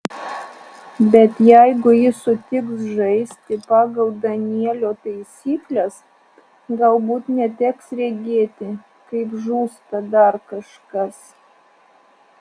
bet jeigu ji sutiks žaisti pagal danielio taisykles galbūt neteks regėti kaip žūsta dar kažkas